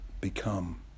become